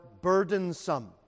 burdensome